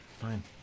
Fine